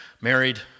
Married